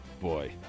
boy